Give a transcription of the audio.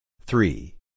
Three